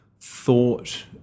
thought